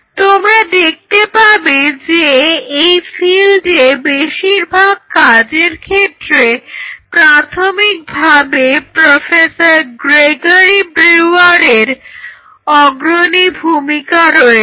তোমরা দেখতে পাবে যে এই ফিল্ডে বেশিরভাগ কাজের ক্ষেত্রে প্রাথমিকভাবে প্রফেসর গ্রেগরি ব্রিউয়ারের অগ্রণী ভূমিকা রয়েছে